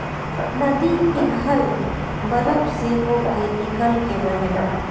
नदी पिघल बरफ से होके निकल के बहेला